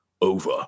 over